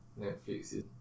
Netflix